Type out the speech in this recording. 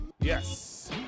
Yes